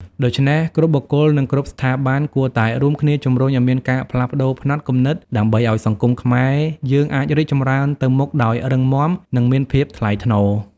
ដូច្នេះ គ្រប់បុគ្គល និងគ្រប់ស្ថាប័ន គួរតែរួមគ្នាជំរុញឲ្យមានការផ្លាស់ប្ដូរផ្នត់គំនិត ដើម្បីឲ្យសង្គមខ្មែរយើងអាចរីកចម្រើនទៅមុខដោយរឹងមាំ និងមានភាពថ្លៃថ្នូរ។